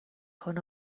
کند